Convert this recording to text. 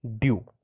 due